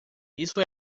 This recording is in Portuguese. isso